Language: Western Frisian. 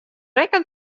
rekken